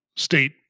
state